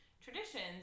traditions